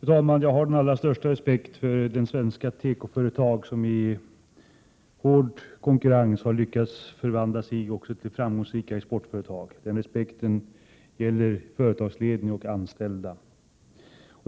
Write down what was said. Fru talman! Jag har den allra största respekt för de svenska tekoföretag som i hård konkurrens har lyckats förvandla sig också till framgångsrika exportföretag. Den respekten gäller företagsledning och anställda.